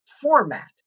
format